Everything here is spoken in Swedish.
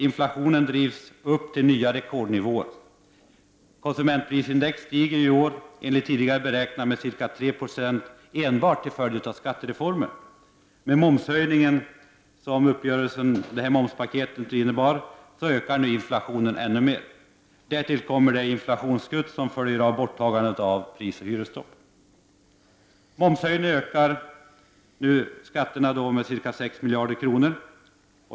Inflationen drivs upp till nya rekordnivåer. Konsumentprisindex stiger i år enligt tidigare beräkningar med ca 3 90 enbart till följd av skattereformen. Med den momshöjning som uppgörelsen innebär ökar nu inflationen än mer. Därtill kommer det inflationsskutt som följer av borttagandet av prisoch hyresstoppet. Momshöjningen ökar skatterna med ca 6 miljarder kronor.